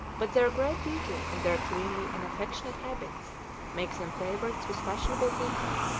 but their great beauty and their cleanly and affectionate habits make them favorites with fashionable people.